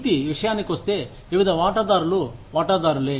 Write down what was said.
నీతి విషయానికొస్తే వివిధ వాటాదారులు వాటాదారులే